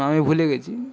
আমি ভুলে গেছি